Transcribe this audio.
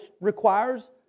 requires